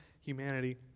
humanity